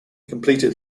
completed